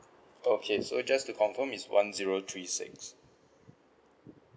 okay so just to confirm it's one zero three six